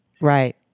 right